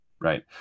right